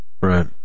Right